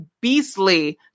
beastly